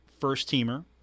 first-teamer